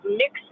mix